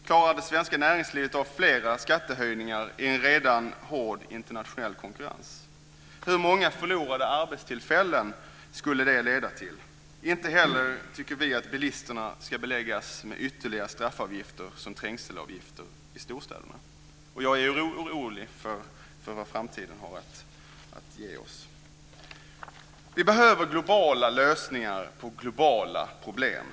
Klarar det svenska näringslivet av fler skattehöjningar i en redan hård internationell konkurrens? Hur många förlorade arbetstillfällen skulle det leda till? Vi tycker inte heller att bilisterna ska beläggas med ytterligare straffavgifter, t.ex. trängselavgifter i storstäder. Jag är orolig för vad framtiden för med sig! Vi behöver globala lösningar på globala problem.